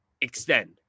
extend